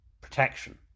protection